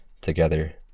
together